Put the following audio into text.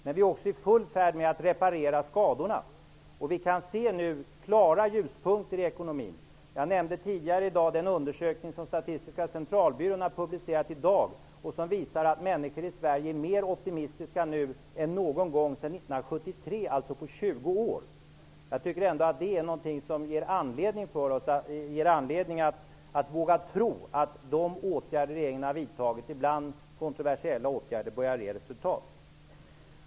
Men vi är i full färd med att reparera skadorna. Vi kan nu se klara ljuspunkter i ekonomin. Jag nämnde tidigare den undersökning som Statistiska centralbyrån har publicerat i dag. Den visar att människor i Sverige nu är mer optimistiska än vad de har varit under de senaste 20 åren, dvs. sedan 1973. Jag tycker ändå att det är något som ger anledning att våga tro att de åtgärder som regeringen har vidtagit -- ibland kontroversiella -- börjar ge resultat.